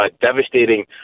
devastating